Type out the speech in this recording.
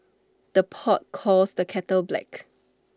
the pot calls the kettle black